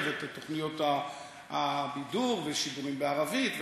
את תוכניות הבידור ושידורים בערבית וכדומה,